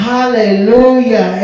Hallelujah